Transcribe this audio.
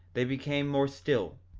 they became more still,